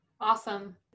Awesome